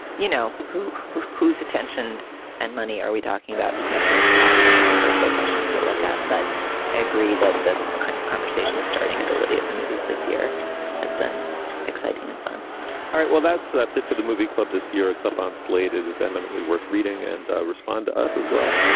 you know, who who whose attention and money are we talking about and who's doing the talking, i think are still questions to look at. but i agree that the kind of conversation starting ability of the movies this year has been exciting and fun all right. well, that's that's it for the movie club this year. it's up on slate. it is eminently worth reading and respond to us as well.